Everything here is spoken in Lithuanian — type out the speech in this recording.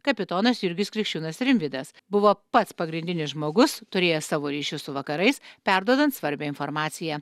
kapitonas jurgis krikščiūnas rimvydas buvo pats pagrindinis žmogus turėjęs savo ryšius su vakarais perduodant svarbią informaciją